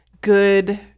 good